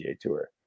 Tour